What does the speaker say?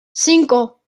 cinco